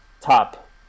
top